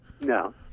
no